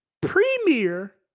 premier